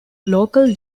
local